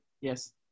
Yes